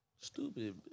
Stupid